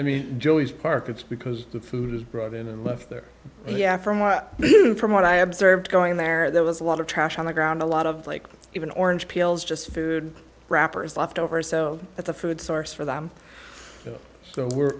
joey's park it's because the food is brought in and left there and yeah for what from what i observed going there there was a lot of trash on the ground a lot of like even orange peels just food wrappers left over so that's a food source for them so we're